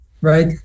right